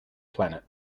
planet